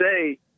say